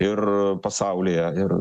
ir pasaulyje ir